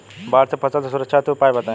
बाढ़ से फसल के सुरक्षा हेतु कुछ उपाय बताई?